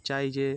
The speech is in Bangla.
চাই যে